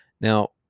Now